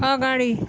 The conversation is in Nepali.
अगाडि